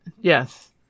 Yes